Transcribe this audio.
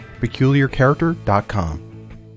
peculiarcharacter.com